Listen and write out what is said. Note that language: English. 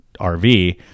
RV